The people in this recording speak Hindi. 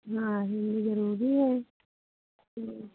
हाँ हिन्दी जरूरी है